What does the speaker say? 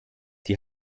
die